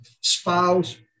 spouse